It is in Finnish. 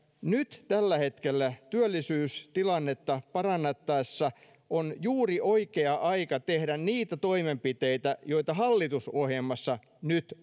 nyt tällä hetkellä työllisyystilannetta parannettaessa on juuri oikea aika tehdä niitä toimenpiteitä joita hallitusohjelmassa nyt